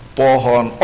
pohon